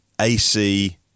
ac